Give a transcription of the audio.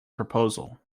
proposal